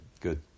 Good